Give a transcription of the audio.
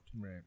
right